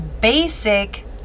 basic